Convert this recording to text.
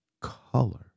color